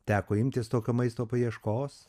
teko imtis tokio maisto paieškos